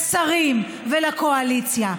לשרים ולקואליציה: